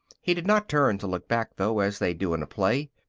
he did not turn to look back, though, as they do in a play.